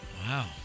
Wow